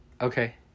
okay